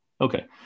Okay